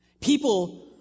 people